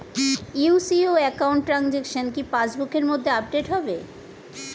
UCO account transaction কি pass বুকের মধ্যে আপডেট হবে?